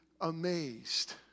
amazed